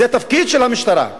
זה תפקיד של המשטרה,